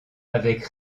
avec